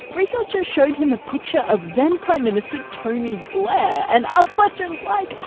researchers showed him a picture of then prime minister tony blair and asked questions like,